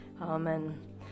amen